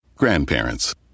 grandparents